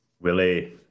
willie